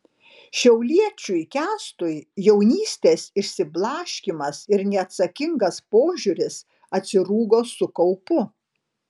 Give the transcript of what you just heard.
šiauliečiui kęstui jaunystės išsiblaškymas ir neatsakingas požiūris atsirūgo su kaupu